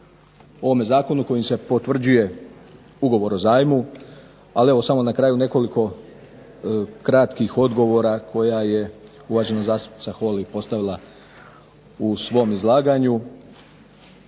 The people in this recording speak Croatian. ovome zakonu, kojim se potvrđuje ugovor o zajmu, ali evo samo na kraju nekoliko kratkih odgovora koja je uvažena zastupnica Holy postavila u svom izlaganju.